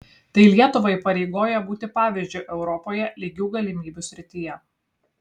tai lietuvą įpareigoja būti pavyzdžiu europoje lygių galimybių srityje